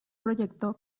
proyecto